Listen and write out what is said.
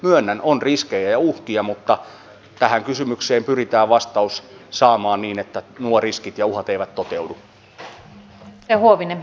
myönnän on riskejä ja uhkia mutta tähän kysymykseen pyritään vastaus saamaan niin että nuo riskit ja uhat eivät toteudu